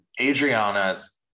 Adriana's